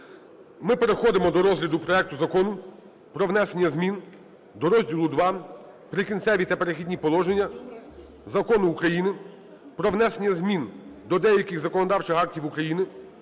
ми переходимо до розгляду проекту Закону про внесення змін до розділу ІІ "Прикінцеві та перехідні положення" Закону України "Про внесення змін до деяких законодавчих актів України"